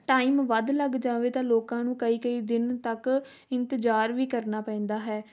time ਵੱਧ ਲੱਗ ਜਾਵੇ ਤਾਂ ਲੋਕਾਂ ਨੂੰ ਕਈ ਕਈ ਦਿਨ ਤੱਕ ਇੰਤਜ਼ਾਰ ਵੀ ਕਰਨਾ ਪੈਂਦਾ ਹੈ